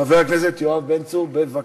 חבר הכנסת יואב בן צור, בבקשה.